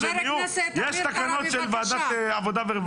יש תקנות של ועדת העבודה והרווחה.